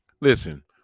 Listen